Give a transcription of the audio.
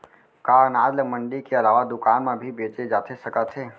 का अनाज ल मंडी के अलावा दुकान म भी बेचे जाथे सकत हे?